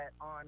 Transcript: on